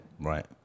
right